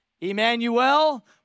Emmanuel